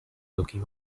looking